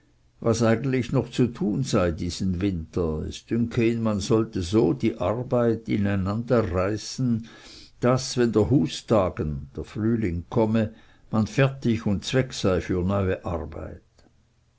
was eigentlich alles noch zu tun sei diesen winter es dünke ihn man sollte so die arbeit ineinanderreisen daß wenn der hustagen komme man fertig und zweg sei für die neue arbeit